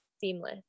seamless